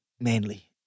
manly